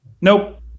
Nope